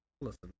Listen